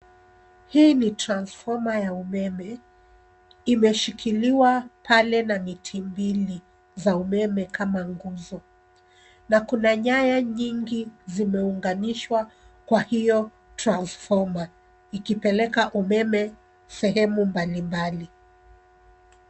Hii ni transfoma ya umeme, imeshikiliwa pale na miti mbili za umeme kama nguzo na kuna nyaya nyingi zimeunganishwa kwa hiyo transfoma ikipeleka umeme sehemu mbalimbali.